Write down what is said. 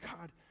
God